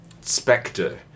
spectre